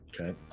Okay